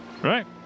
Right